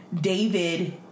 David